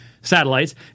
satellites